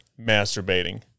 masturbating